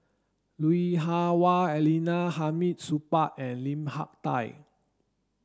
Lui Hah Wah Elena Hamid Supaat and Lim Hak Tai